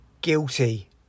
Guilty